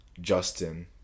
Justin